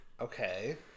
Okay